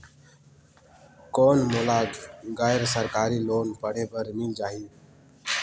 कौन मोला गैर सरकारी लोन पढ़े बर मिल जाहि?